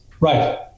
Right